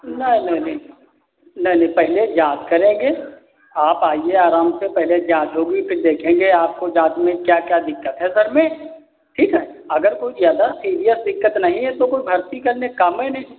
नह नहीं नहीं नय नही नहीं पहले जाँच करेंगे आप आईये आराम से पहले जाँच होगी फिर देखेंगे आपको जाँच में क्या क्या दिक्कत है सर में ठीक है अगर कोई ज्यादा सीरियस दिक्कत नहीं है तो कोई भर्ती करने का काम नहीं